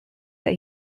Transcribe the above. that